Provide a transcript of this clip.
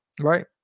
Right